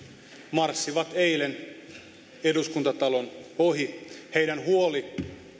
marssivat eilen eduskuntatalon ohi heillä oli huoli